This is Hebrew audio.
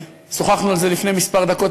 שוחחנו על זה לפני כמה דקות,